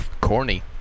corny